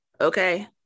okay